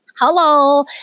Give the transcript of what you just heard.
Hello